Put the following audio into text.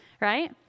Right